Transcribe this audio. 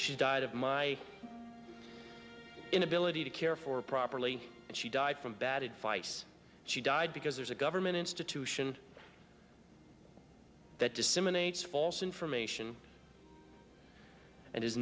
she died of my inability to care for properly and she died from bad advice she died because there's a government institution that disseminates false information and is